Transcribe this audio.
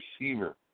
receiver